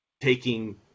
taking